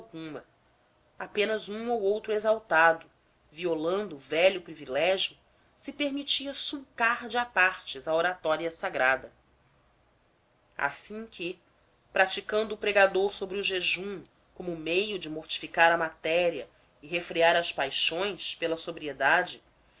alguma apenas um ou outro exaltado violando velho privilégio se permitia sulcar de apartes a oratória sagrada assim que praticando o pregador sobre o jejum como meio de mortificar a matéria e refrear as paixões pela sobriedade